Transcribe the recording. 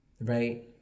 right